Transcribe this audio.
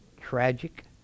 tragic